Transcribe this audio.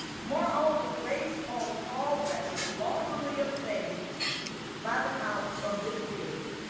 moreover, based on call records lawfully obtained by the house from this period,